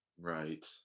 Right